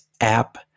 app